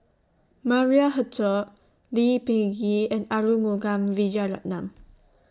Maria Hertogh Lee Peh Gee and Arumugam Vijiaratnam